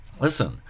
Listen